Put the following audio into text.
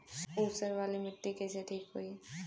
ऊसर वाली मिट्टी कईसे ठीक होई?